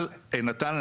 אבל נתן,